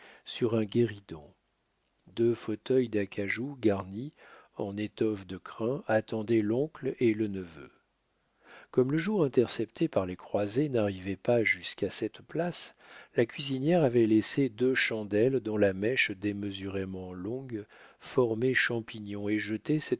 sur un guéridon deux fauteuils d'acajou garnis en étoffe de crin attendaient l'oncle et le neveu comme le jour intercepté par les croisées n'arrivait pas jusqu'à cette place la cuisinière avait laissé deux chandelles dont la mèche démesurément longue formait champignon et jetait